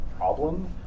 problem